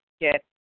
get